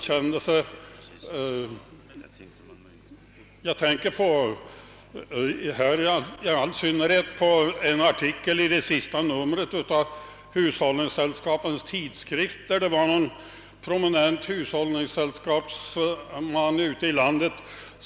I all synnerhet tänker jag här på en artikel i det senaste numret av Hushållningssällskapens Tidskrift. I detta hade en ledare skrivits av en prominent hushållningsällskapsman ute i landet.